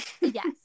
yes